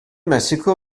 messico